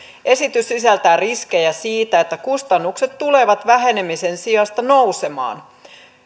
esitys sisältää riskejä siitä että kustannukset tulevat vähenemisen sijasta nousemaan